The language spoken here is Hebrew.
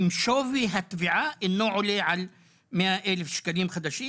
אם שווי התביעה אינו עולה על 100,000 שקלים חדשים,